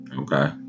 Okay